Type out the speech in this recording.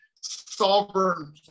sovereign